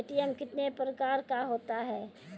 ATM कितने प्रकार का होता हैं?